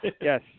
yes